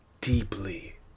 deeply